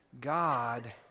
God